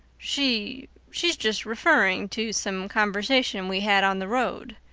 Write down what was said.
she she's just referring to some conversation we had on the road,